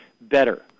better